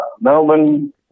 Melbourne